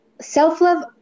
Self-love